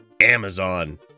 Amazon